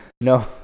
No